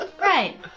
Right